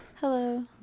Hello